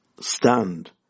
stand